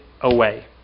away